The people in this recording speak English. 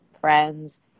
friends